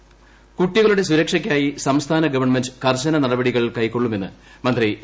മൊയ്തീൻ കുട്ടികളുടെ സുരക്ഷക്കായി സംസ്ഥാന ഗവൺമെന്റ് കർശന നടപടികൾ കൈക്കൊള്ളുമെന്ന് മന്ത്രി എ